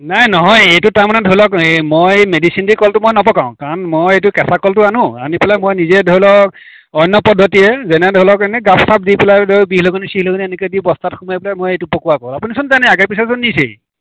নাই নহয় এইটো টাইমত ধৰি লওক এ মই মেডিচিন দি কলটো মই নপকাও কাৰণ মই এইটো কেচা কলটো আনো আনি পেলাই মই নিজেই ধৰি লওক অন্য় পদ্ধতিৰে যেনে ধৰি লওক এনেই গাপ চাপ দি পেলাই ধৰি বিহলঙনী চিহলঙনী এনেকৈ দি বস্তাত সোমাই পেলাই মই এইটো পকোৱা কল আপুনিচোন জানেই আগে পিছেচোন নিছেই